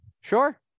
Sure